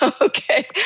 Okay